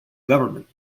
government